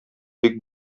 бик